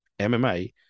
MMA